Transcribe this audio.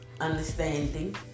understanding